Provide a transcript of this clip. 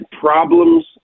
problems